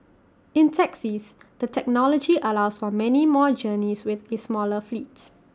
in taxis the technology allows for many more journeys with A smaller fleets